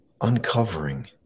uncovering